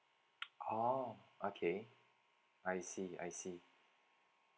oh okay I see I see